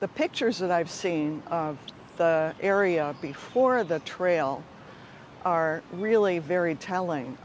the pictures that i've seen of the area before the trail are really very telling